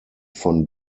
von